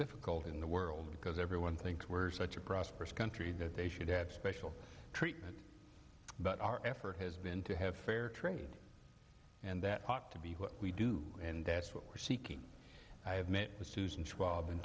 difficult in the world because everyone thinks we're such a prosperous country that they should have special treatment but our effort has been to have fair trade and that ought to be what we do and that's what we're seeking i